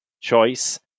choice